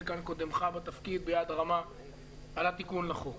כאן קודמך בתפקיד ביד רמה ועלה תיקון לחוק,